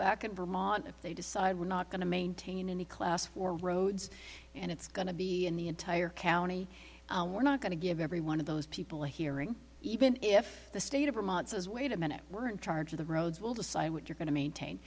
back in vermont if they decide we're not going to maintain any class for roads and it's going to be in the entire county we're not going to give every one of those people a hearing even if the state of vermont says wait a minute we're in charge of the roads will decide what you're going to maintain